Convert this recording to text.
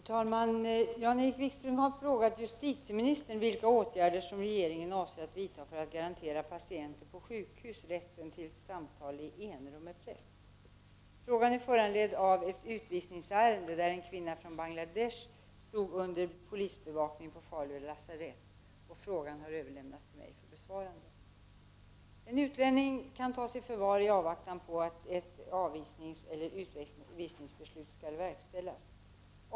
Herr talman! Jan-Erik Wikström har frågat justitieministern vilka åtgärder som regeringen avser att vidta för att garantera patienter på sjukhus rätten till samtal i enrum med präst. Frågan är föranledd av ett utvisningsärende där en kvinna från Bangladesh stod under polisbevakning på Falu lasarett. Frågan har överlämnats till mig för besvarande. En utlänning kan tas i förvar i avvaktan på att ett avvisningseller utvisningsbeslut skall verkställas.